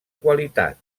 qualitat